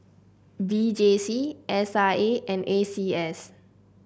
V J C S I A and A C S